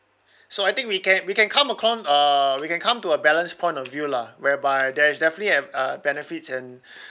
so I think we can we can come upon uh we can come to a balance point of view lah whereby there's definitely a a benefits and